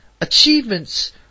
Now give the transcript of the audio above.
achievements